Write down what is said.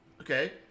Okay